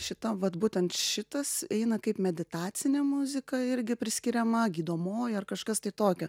šita vat būtent šitas eina kaip meditacinė muzika irgi priskiriama gydomoji ar kažkas tai tokio